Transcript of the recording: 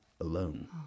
alone